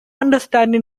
understanding